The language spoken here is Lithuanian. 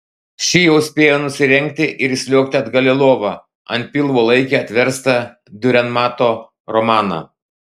ši jau spėjo nusirengti ir įsliuogti atgal į lovą ant pilvo laikė atverstą diurenmato romaną